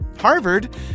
Harvard